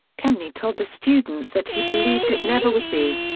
kemeny told the students that he believed it never would be.